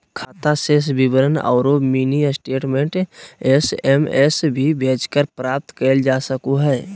खाता शेष विवरण औरो मिनी स्टेटमेंट एस.एम.एस भी भेजकर प्राप्त कइल जा सको हइ